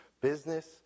business